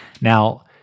Now